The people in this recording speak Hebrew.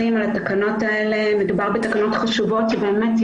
אני חושב שהדבר המשמעותי והטוב ביותר הוא לדעת שיש פתרון אמתי